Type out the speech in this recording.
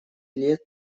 лет